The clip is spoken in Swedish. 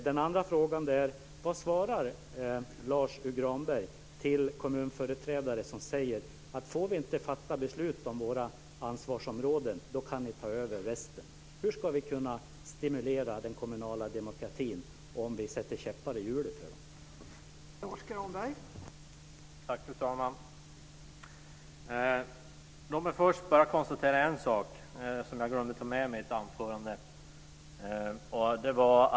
Min andra fråga gäller vad Lars U Granberg svarar kommunföreträdare som säger: Om vi inte får fatta beslut om våra ansvarsområden så kan ni ta över resten. Hur ska vi kunna stimulera den kommunala demokratin om vi sätter käppar i hjulet för den?